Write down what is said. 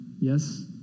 Yes